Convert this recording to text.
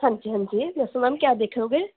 ਹਾਂਜੀ ਹਾਂਜੀ ਦੱਸੋ ਮੈਮ ਕਿਆ ਦੇਖੋਗੇ